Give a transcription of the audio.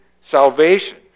salvation